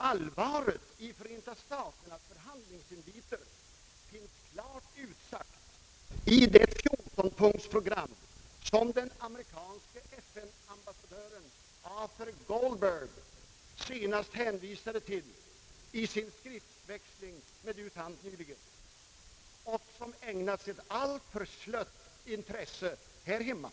Allvaret i Förenta staternas förhandlingsinviter finns klart utsagt i det 14-punktsprogram som den amerikanske FN-ambassadören Arthur Goldberg senast hänvisade till i sin skriftväxling med U Thant nyligen och som ägnas ett alltför slött intresse här hemma.